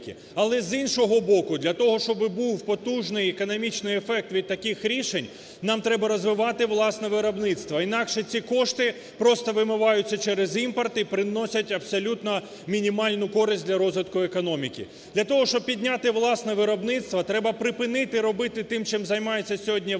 Але, з іншого боку, для того, щоб був потужний економічний ефект від таких рішень, нам треба розвивати власне виробництво, інакше ці кошти просто вимиваються через імпорт і приносять абсолютно мінімальну користь для розвитку економіки. Для того, щоб підняти власне виробництво, треба припинити робити тим, чим займається сьогодні влада